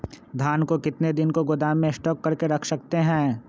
धान को कितने दिन को गोदाम में स्टॉक करके रख सकते हैँ?